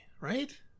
right